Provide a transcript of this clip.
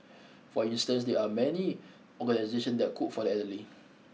for instance there are many organisation that cook for the elderly